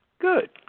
Good